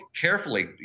carefully